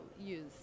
use